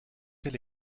quel